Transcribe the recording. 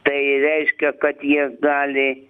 tai reiškia kad jie gali